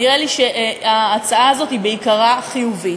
נראה לי שההצעה הזאת בעיקרה חיובית.